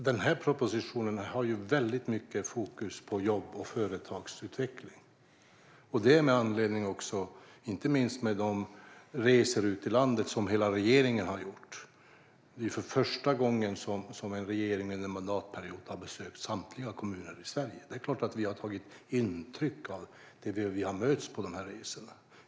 Herr ålderspresident! Denna proposition har stort fokus på jobb och företagsutveckling eftersom regeringen har gjort resor i hela landet. För första gången har en regering besökt samtliga Sveriges kommuner under en mandatperiod, och vi har självfallet tagit intryck av det vi har mött på dessa resor.